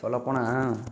சொல்லப்போனால்